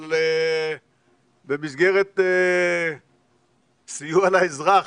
אבל במסגרת סיוע לאזרח.